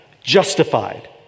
justified